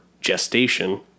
gestation